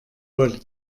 wollte